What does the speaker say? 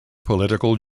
political